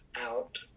out